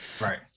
Right